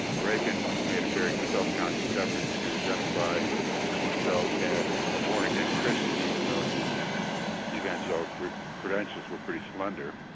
reagan made a very selfconscious effort to identify himself as a born-again christian, even though his evangelical credentials were pretty slender.